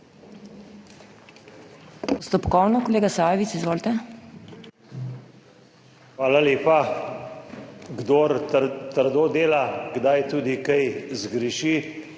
Hvala lepa. Kdor trdo dela, kdaj tudi kaj zgreši.